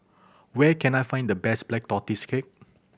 where can I find the best Black Tortoise Cake